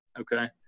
okay